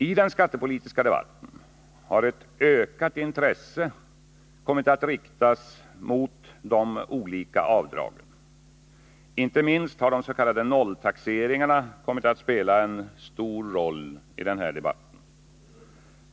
I den skattepolitiska debatten har ett ökat intresse kommit att riktas mot de olika avdragen. Inte minst har de s.k. nolltaxeringarna kommit att spela en stor roll i denna debatt.